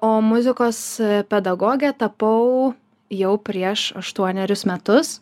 o muzikos pedagoge tapau jau prieš aštuonerius metus